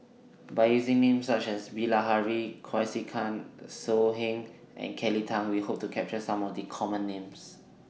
By using Names such as Bilahari Kausikan So Heng and Kelly Tang We Hope to capture Some of The Common Names